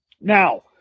now